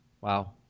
Wow